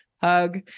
Hug